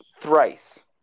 Thrice